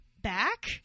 back